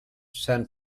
san